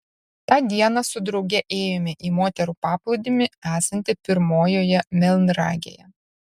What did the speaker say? tą dieną su drauge ėjome į moterų paplūdimį esantį pirmojoje melnragėje